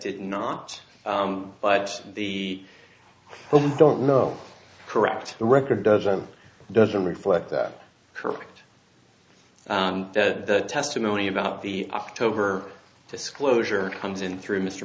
did not but the don't know correct the record doesn't doesn't reflect that correct that testimony about the october disclosure comes in through mr